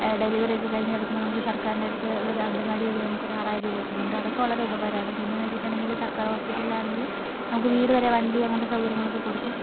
delivery ഒക്കെ കഴിഞ്ഞ് കിടക്കുമ്പോൾ നമുക്ക് സർക്കാറിൻറ്റടുത്ത് ഒരു അംഗൻവാടി വഴി നമുക്കൊരു ഒരുആറായിരം രൂപ കിട്ടുന്നുണ്ട് അതൊക്കെ വളരെ ഉപകാരമാണ് പിന്നെന്നിച്ചിട്ടുണ്ടെങ്കിൽ സർക്കാർ ഹോസ്പിറ്റലിൽ ആണെങ്കിൽ നമുക്ക് വീട് വരെ വണ്ടി അങ്ങനത്തെ സൗകര്യങ്ങൾ ഒക്കെ കൊടുക്കും